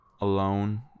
alone